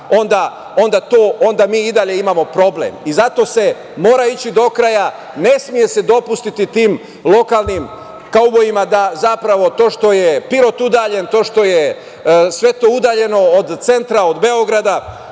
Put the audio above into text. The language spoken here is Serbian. onda mi i dalje imamo problem. Zato se mora ići do kraja. Ne sme se dopustiti tim lokalnim kaubojima da to što je Pirot udaljen, to što je sve to udaljeno od centra, od Beograda,